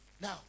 Now